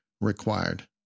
required